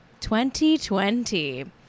2020